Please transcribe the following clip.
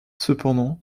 cependant